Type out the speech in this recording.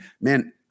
man